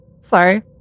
Sorry